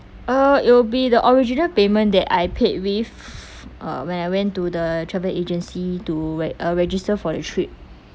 uh it'll be the original payment that I paid with uh when I went to the travel agency to re~ uh register for the trip